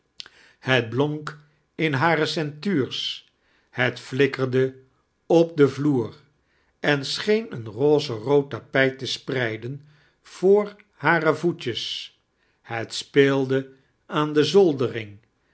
het blonk in hare ceintuurs het flikkerde op den vlioer en scheen eein rozerood tapijt te spneiden voor hare voet jes het speelde aan de zoldering